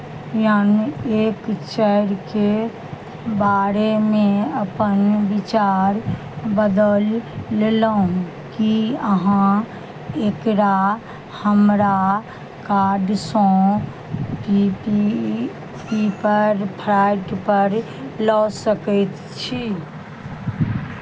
लग एक चारिके बारेमे अपन विचार बदलि लेलहुँ की अहाँ एकरा हमरा कार्डसँ ओ टी पी पर फ्राइटपर लऽ सकैत छी